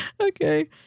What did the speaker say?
Okay